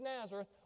Nazareth